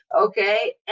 Okay